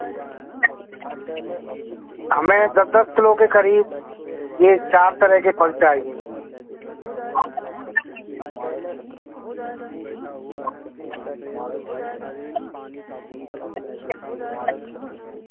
हमें दस दस किलो के करीब यह चार तरह के फल चाहिए